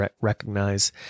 recognize